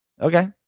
Okay